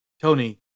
Tony